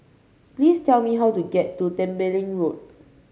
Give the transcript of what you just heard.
please tell me how to get to Tembeling Road